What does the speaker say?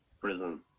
prison